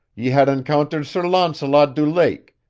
ye had encountered sir launcelot du lake,